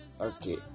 Okay